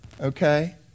okay